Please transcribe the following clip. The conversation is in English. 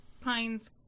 Pine's